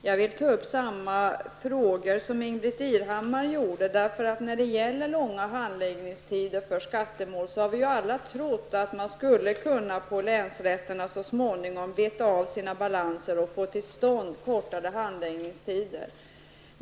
Herr talman! Jag vill ta upp samma frågor som Ingbritt Irhammar tog upp. När det gäller långa handläggningstider för skattemål, trodde vi alla att länsrätterna så småningom skulle kunna beta av sina balanser och få till stånd kortare handläggningstider.